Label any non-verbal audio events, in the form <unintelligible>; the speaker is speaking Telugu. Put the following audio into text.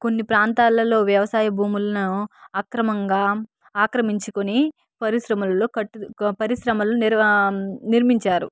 కొన్ని ప్రాంతాలలో వ్యవసాయ భూములను అక్రమంగా ఆక్రమించుకుని పరిశ్రమల్లో <unintelligible> పరిశ్రమలు <unintelligible> నిర్మించారు